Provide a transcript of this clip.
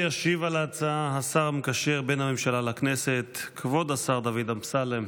ישיב על ההצעה השר המקשר בין הממשלה לכנסת כבוד השר דוד אמסלם,